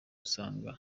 usanga